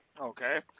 Okay